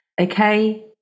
okay